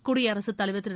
குடியரசுத் தலைவர் திரு